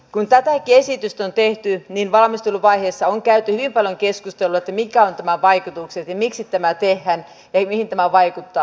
kun tätäkin esitystä on tehty niin valmisteluvaiheessa on käyty hyvin paljon keskusteluja että mitkä ovat tämän vaikutukset ja miksi tämä tehdään ja mihin tämä vaikuttaa